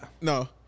No